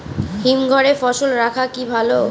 হিমঘরে ফসল রাখা কি ভালো?